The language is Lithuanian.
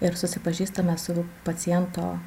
ir susipažįstame su paciento